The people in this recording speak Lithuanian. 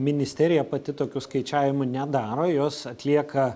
ministerija pati tokių skaičiavimų nedaro juos atlieka